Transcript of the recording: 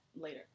later